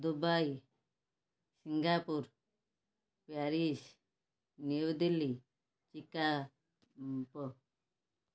Dubai Singapore Paris New Delhi ଚିକା go